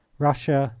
russia,